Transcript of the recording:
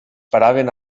paraven